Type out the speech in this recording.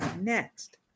next